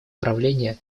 правления